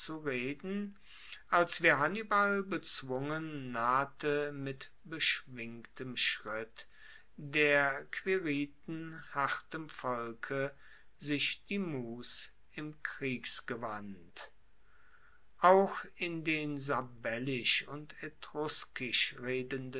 reden als wir hannibal bezwungen nahte mit beschwingtem schritt der quiriten hartem volke sich die mus im kriegsgewand auch in den sabellisch und etruskisch redenden